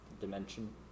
dimension